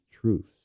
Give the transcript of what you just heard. truths